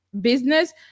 Business